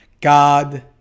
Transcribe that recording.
God